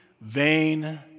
vain